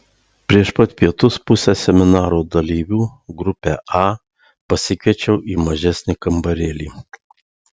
prieš pat pietus pusę seminaro dalyvių grupę a pasikviečiau į mažesnį kambarėlį